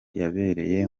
yabereye